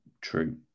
true